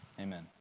Amen